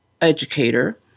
educator